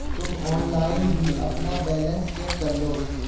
तुम ऑनलाइन ही अपना बैलन्स चेक करलो